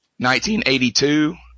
1982